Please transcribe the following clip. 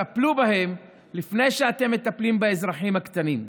תטפלו בהם לפני שאתם מטפלים באזרחים הקטנים.